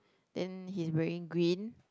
then he's wearing green